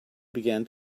began